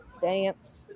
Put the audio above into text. dance